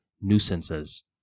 nuisances